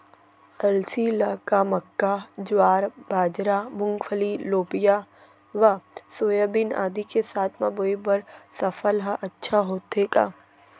अलसी ल का मक्का, ज्वार, बाजरा, मूंगफली, लोबिया व सोयाबीन आदि के साथ म बोये बर सफल ह अच्छा होथे का?